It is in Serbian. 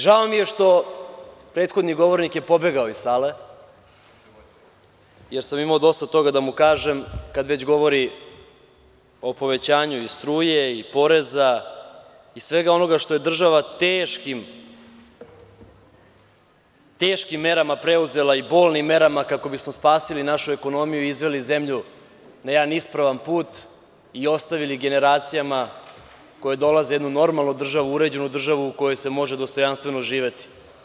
Žao mi je, što prethodni govornik je pobegao iz sale, jer sam imao dosta toga da mu kažem, kad već govori o povećanju struje, poreza i svega onoga što je država teškim merama preuzela i bolnim merama kako bi smo spasili našu ekonomiju i izveli zemlju na jedan ispravan put i ostavili generacijama koje dolaze jednu normalnu državu, uređenu državu u kojoj se može dostojanstveno živeti.